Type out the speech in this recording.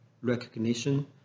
recognition